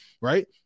right